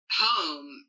home